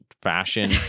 fashion